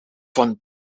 van